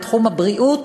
בתחום הבריאות,